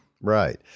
Right